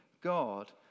God